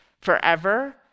forever